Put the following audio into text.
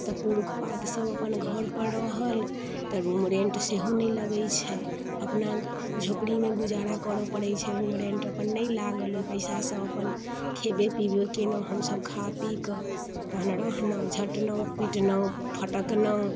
तऽ पुरूष पात सभ अपन घर पर रहल तऽ रूम रेन्ट सेहो नइ लगै छै अपना झोपड़ी मे गुजारा करऽ पड़ैत छै रूम रेन्ट अपन नहि लागल ओहि पैसासँ अपन खयबे पिबे कयलहुँ हमसभ खा पी कऽ तहन रहलहुँ झटलहूँ पिटलहुँ फटकलहुँ